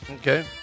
Okay